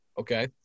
Okay